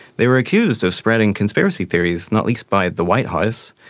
they were accused of spreading conspiracy theories, not least by the white house,